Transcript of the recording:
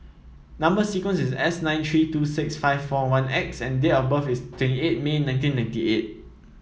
number sequence is S nine three two six five four one X and date of birth is twenty eight May nineteen ninety eight